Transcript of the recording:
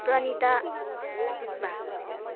Pranita Subba